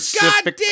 goddamn